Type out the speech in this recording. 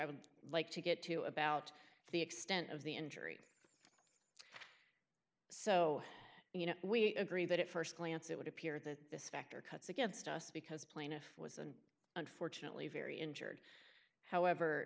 would like to get to about the extent of the injury so you know we agree that it st glance it would appear that this factor cuts against us because plaintiff was and unfortunately very injured